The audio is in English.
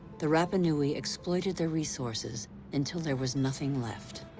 the rapanui exploited their resources until there was nothing left.